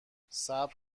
صبر